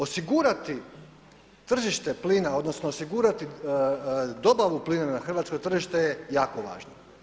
Osigurati tržište plina, odnosno osigurati dobavu plina na hrvatsko tržište je jako važno.